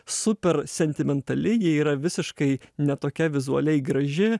supersentimentali ji yra visiškai ne tokia vizualiai graži